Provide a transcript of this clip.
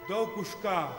daug už ką